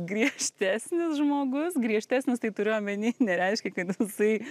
griežtesnis žmogus griežtesnis tai turiu omeny nereiškia kad jisai